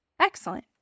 Excellent